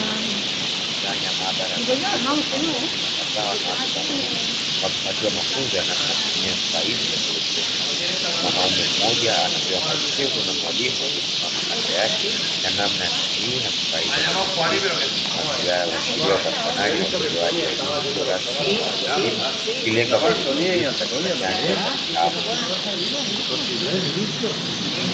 Ndani ya maabara ya kompyuta kuna watu wazima kadhaa wanawake kwa wanaume wakipatiwa mafunzo ya namna ya kutumia vifaa hivi vya kielektroniki, mwanaume mmoja anapewa maelekezo na mwalimu aliyesimama kando yake ya namna ya kutumia vifaa hivi vya kielektroniki. Mazingira haya huashiria upatikanaji na utolewaji wa elimu isiyo rasmi na ya watu wazima ikilenga kuongeza ujuzi katika nyanja za tehama.